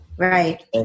Right